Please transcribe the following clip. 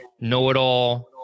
know-it-all